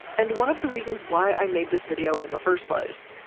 and one of the reasons why i made this video in the first place.